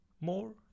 more